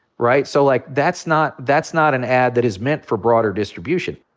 right? so, like, that's not that's not an ad that is meant for broader distribution.